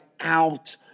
out